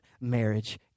marriage